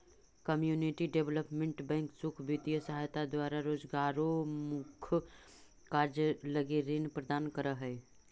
community development bank सुख वित्तीय सहायता द्वारा रोजगारोन्मुख कार्य लगी ऋण प्रदान करऽ हइ